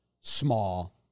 small